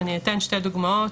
ואני אביא שתי דוגמאות,